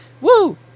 Woo